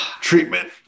Treatment